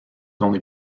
only